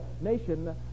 nation